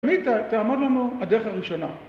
תמיד תעמוד לנו הדרך הראשונה